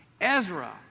Ezra